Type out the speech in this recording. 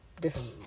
different